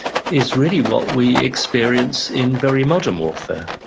is really what we experience in very modern warfare